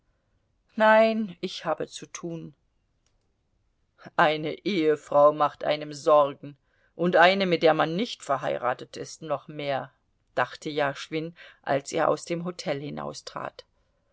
nein ich habe zu tun eine ehefrau macht einem sorgen und eine mit der man nicht verheiratet ist noch mehr dachte jaschwin als er aus dem hotel